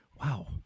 wow